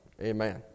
amen